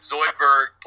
Zoidberg